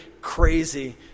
crazy